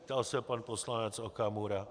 ptal se pan poslanec Okamura.